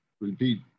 repeat